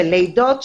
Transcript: של לידות,